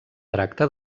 tracta